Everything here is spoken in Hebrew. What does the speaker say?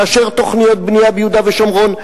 לאשר תוכניות בנייה ביהודה ושומרון.